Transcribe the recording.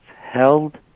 held